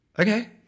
okay